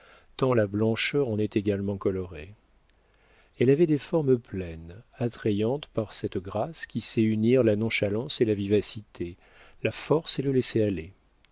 tant la blancheur en est également colorée elle avait des formes pleines attrayantes par cette grâce qui sait unir la nonchalance et la vivacité la force et le laisser-aller elle